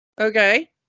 Okay